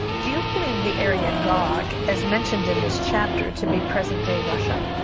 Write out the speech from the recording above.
do you believe the area gog as mentioned in this chapter to be present day russia?